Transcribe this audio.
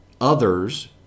others